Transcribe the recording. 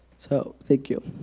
so thank you